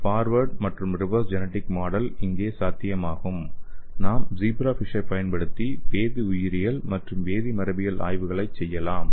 forward மற்றும் reverse genetic model இங்கே சாத்தியமாகும்நாம் ஜீப்ராஃபிஷைப் பயன்படுத்தி வேதிஉயிரியல் மற்றும் வேதிமரபியல் ஆய்வுகளையும் செய்யலாம்